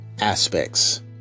aspects